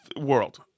world